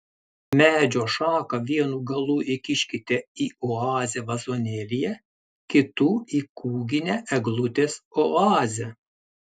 medžio šaką vienu galu įkiškite į oazę vazonėlyje kitu į kūginę eglutės oazę